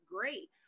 great